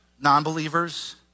non-believers